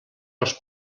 els